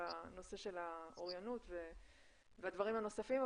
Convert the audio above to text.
הנושא של האוריינות והדברים הנוספים,